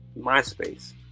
MySpace